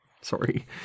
Sorry